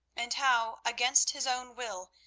and how, against his own will,